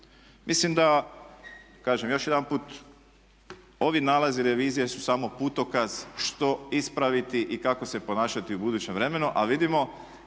Mislim da kažem još jedanput ovi nalazi revizije su samo putokaz što ispraviti i kako se ponašati u budućem vremenu, a vidimo